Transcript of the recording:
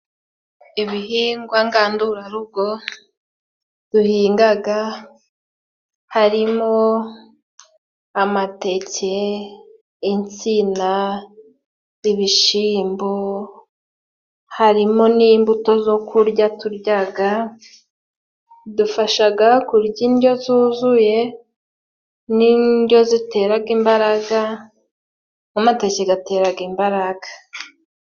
Ibihingwa ngandurarugo duhinga harimo amateke, insina, ibishyimbo, harimo n'imbuto zo kurya turya, bidufasha kurya indyo yuzuye n'indyo itera imbaraga, nk'amateke atera imbaraga.